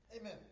amen